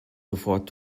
sofort